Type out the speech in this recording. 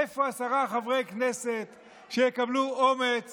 איפה עשרה חברי כנסת שיקבלו אומץ